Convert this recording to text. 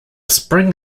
spring